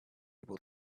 able